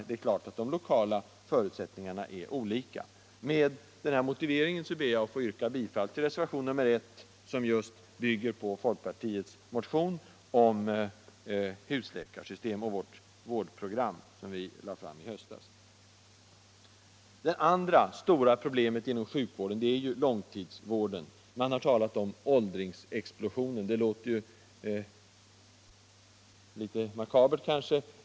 De lokala förutsättningarna är naturligtvis olika. Med denna motivering ber jag att få yrka bifall till reservationen 1, som bygger på folkpartiets motion om husläkarsystem, och på vårt vårdprogram som lades fram i höstas. Det andra stora problemet inom sjukvården är långtidsvården. Man har talat om åldringsexplosionen. Det låter kanske litet makabert.